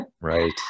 Right